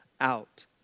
out